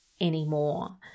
anymore